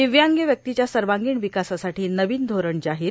दिव्यांग व्यक्तीच्या सर्वांगीण विकासासाठी नवीन धोरण जाहीर